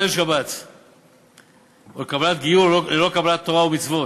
שבת או לקבל גיור ללא קבלת תורה ומצוות.